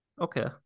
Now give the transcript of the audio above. Okay